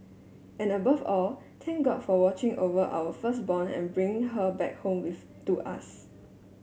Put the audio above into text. and above all thank God for watching over our firstborn and bringing her back home with to us